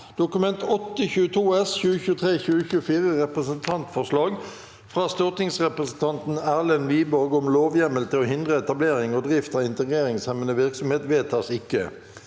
forvaltningskomiteen om Representantforslag fra stortingsrepresentanten Erlend Wiborg om lovhjemmel til å hindre etablering og drift av integreringshemmende virksomhet (Innst.